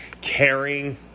caring